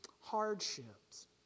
hardships